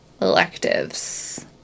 electives